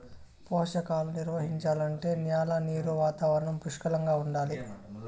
పోషకాలు నిర్వహించాలంటే న్యాల నీరు వాతావరణం పుష్కలంగా ఉండాలి